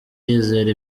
yizera